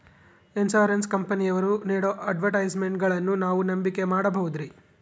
Insurance ಕಂಪನಿಯವರು ನೇಡೋ ಅಡ್ವರ್ಟೈಸ್ಮೆಂಟ್ಗಳನ್ನು ನಾವು ನಂಬಿಕೆ ಮಾಡಬಹುದ್ರಿ?